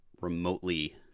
remotely